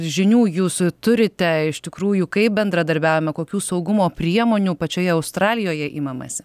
žinių jūsų turite iš tikrųjų kaip bendradarbiaujama kokių saugumo priemonių pačioje australijoje imamasi